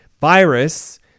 virus